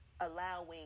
allowing